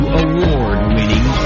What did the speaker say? award-winning